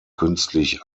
künstlich